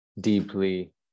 deeply